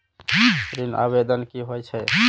ऋण आवेदन की होय छै?